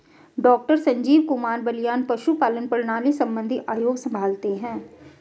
doctor Sanjeev Kumar Balyan पशुपालन प्रणाली संबंधित आयोग संभालते हैं